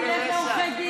מי קרא לרצח?